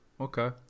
Okay